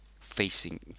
facing